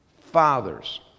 fathers